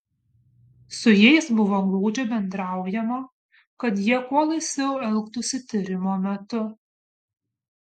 su jais buvo glaudžiai bendraujama kad jie kuo laisviau elgtųsi tyrimo metu